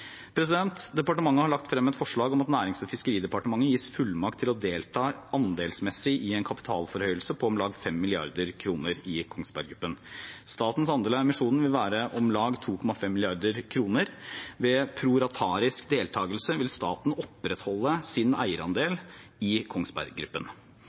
Departementet har lagt frem et forslag om at Nærings- og fiskeridepartementet gis fullmakt til å delta andelsmessig i en kapitalforhøyelse på om lag 5 mrd. kr i Kongsberg Gruppen. Statens andel av emisjonen vil være om lag 2,5 mrd. kr. Ved proratarisk deltakelse vil staten opprettholde sin